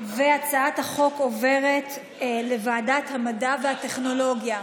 הצעת החוק עוברת לוועדת המדע והטכנולוגיה.